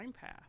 path